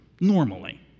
Normally